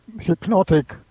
hypnotic